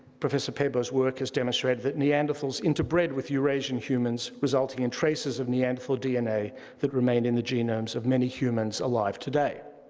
professor paabo's work has demonstrated that neanderthals interbred with eurasian humans, resulting in traces of neanderthal dna that remain in the genomes of many humans alive today.